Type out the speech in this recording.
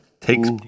takes